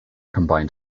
combined